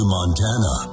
Montana